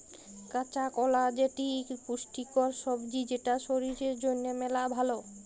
কাঁচা কলা যেটি ইক পুষ্টিকর সবজি যেটা শরীর জনহে মেলা ভাল